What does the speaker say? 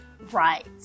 Right